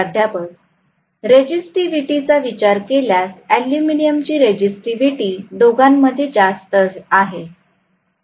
प्राध्यापक रेजिस्टीविटी चा विचार केल्यास एल्युमिनियमची रेजिस्टीविटी दोघांमध्ये जास्त आहे